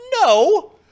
No